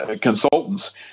consultants